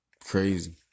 Crazy